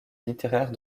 littéraire